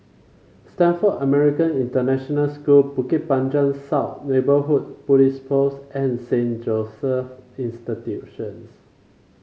Stamford American International School Bukit Panjang South Neighbourhood Police Post and Saint Joseph's Institutions